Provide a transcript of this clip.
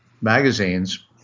magazines